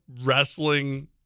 wrestling